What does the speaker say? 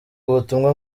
ubutumwa